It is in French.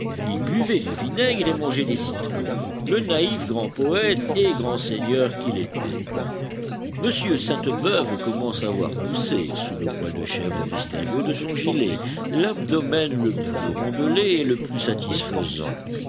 il buvait du vinaigre et mangeait des citrons le naïf grand poëte et grand seigneur qu'il était m sainte-beuve commence à voir pousser sous le poil de chèvre mystérieux de son gilet l'abdomen le plus rondelet et le plus satisfaisant